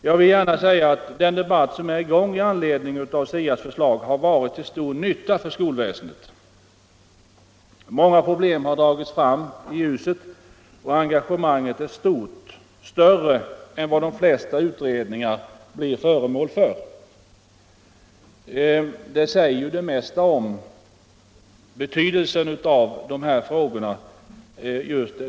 Jag vill gärna säga att den debatt som är i gång med anledning av SIA:s förslag har varit till stor nytta för skolväsendet. Många problem har dragits fram i ljuset och engagemanget är stort, större än vad de flesta utredningar blir föremål för. Detta faktum säger det mesta om betydelsen av dessa frågor.